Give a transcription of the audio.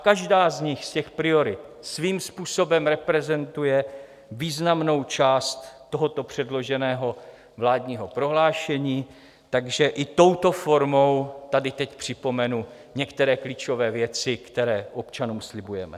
Každá z nich, z těch priorit, svým způsobem reprezentuje významnou část tohoto předloženého vládního prohlášení, takže i touto formou tady teď připomenu některé klíčové věci, které občanům slibujeme.